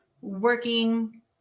working